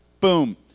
Boom